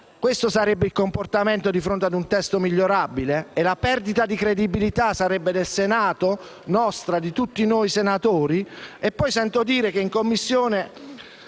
Questo sarebbe il comportamento di fronte ad un testo migliorabile? E la perdita di credibilità sarebbe del Senato, nostra, di tutti noi senatori? E poi sento dire in Commissione